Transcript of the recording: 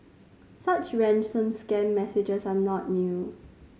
such ransom scam messages are not new